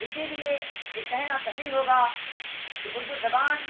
اسی لیے یہ کہنا صحیح ہوگا کہ اردو زبان